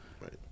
Right